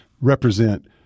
represent